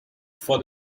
for